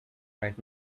right